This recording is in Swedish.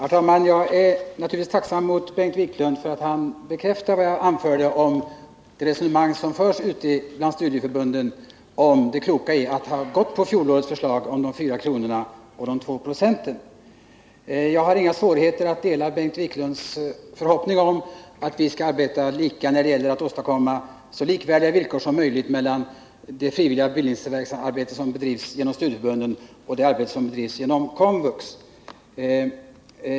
Herr talman! Jag är naturligtvis tacksam mot Bengt Wiklund för att han bekräftar vad jag anförde om det resonemang som förs ute bland studieförbunden om det kloka i att ha följt fjolårets förslag om de fyra kronorna och de två procenten. Jag har inga svårigheter att dela Bengt Wiklunds förhoppning om att vi båda skall få arbeta för att åstadkomma så likvärdiga villkor som möjligt för det frivilliga utbildningsarbete som bedrivs genom studieförbunden och det arbete som bedrivs inom KOMVUX.